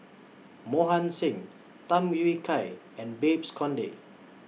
Mohan Singh Tham Yui Kai and Babes Conde